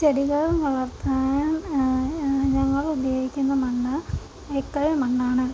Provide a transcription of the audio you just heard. ചെടികൾ വളർത്താൻ ഞങ്ങൾ ഉപയോഗിക്കുന്ന മണ്ണ് എക്കൽ മണ്ണാണ്